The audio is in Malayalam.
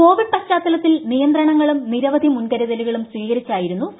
കോവിഡ് പശ്ചാത്തലത്തിൽ നിയന്ത്രണങ്ങളും നിരവധി മുൻകരുതലുകളൂം സ്വീകരിച്ചായിരുന്നു സഭ ചേർന്നത്